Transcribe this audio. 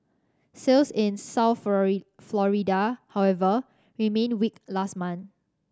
sales in South Florida however remained weak last month